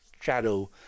shadow